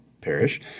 parish